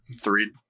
three